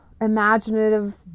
imaginative